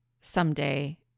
someday